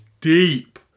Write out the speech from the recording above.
deep